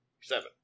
Seven